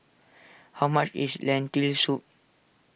how much is Lentil Soup